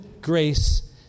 grace